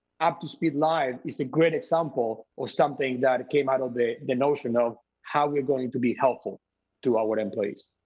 up to speed live is a great example for something that came out of the the notion of how we're going to be helpful to our employees